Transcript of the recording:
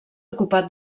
ocupat